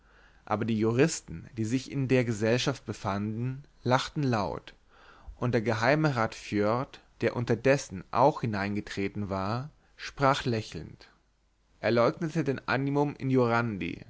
aber die juristen die sich in der gesellschaft befanden lachten laut und der geheime rat foerd der unterdessen auch hineingetreten war sprach lächelnd er leugnete den animum injuriandi